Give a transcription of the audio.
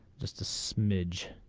just a smidge.